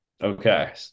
Okay